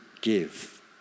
give